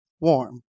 warm